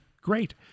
great